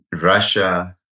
Russia